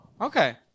Okay